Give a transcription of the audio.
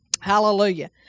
hallelujah